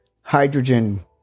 hydrogen